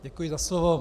Děkuji za slovo.